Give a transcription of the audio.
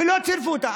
ולא צירפו אותה?